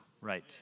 right